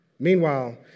Meanwhile